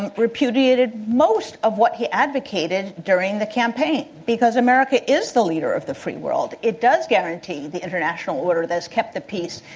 and repudiated most of what he advocated during the campaign, because america is the leader of the free world. it does guarantee the international order that has kept the peace,